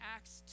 Acts